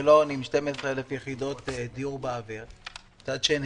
אשקלון עם 12,000 יחידות דיור באוויר ומצד שני,